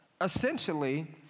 Essentially